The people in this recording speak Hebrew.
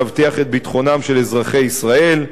להבטיח את ביטחונם של אזרחי ישראל.